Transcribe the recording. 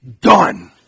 done